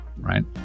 Right